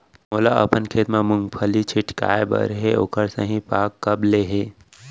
मोला अपन खेत म मूंगफली टिपकाय बर हे ओखर सही पाग कब ले हे?